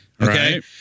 okay